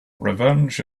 revenge